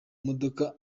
modoka